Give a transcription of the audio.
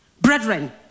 brethren